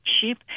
cheap